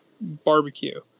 barbecue